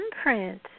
imprint